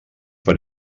per